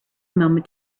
moment